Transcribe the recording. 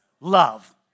love